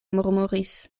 murmuris